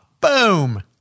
boom